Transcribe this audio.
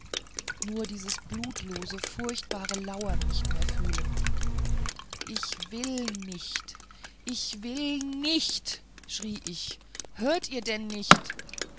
nur dieses blutlose furchtbare lauern nicht mehr fühlen ich will nicht ich will nicht schrie ich hört ihr denn nicht